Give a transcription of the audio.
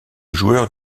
joueur